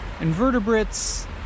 invertebrates